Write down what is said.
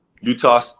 Utah